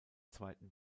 zweiten